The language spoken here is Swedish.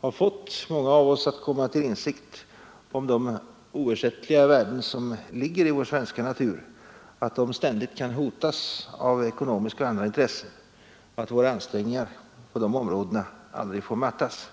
har fått många av oss att komma till insikt om de oersättliga värden som finns i vår svenska natur; att de ständigt kan hotas av ekonomiska och andra intressen och att våra ansträngningar på detta område aldrig får mattas.